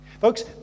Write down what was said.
Folks